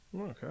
Okay